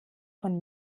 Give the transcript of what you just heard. von